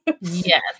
yes